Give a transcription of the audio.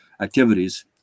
activities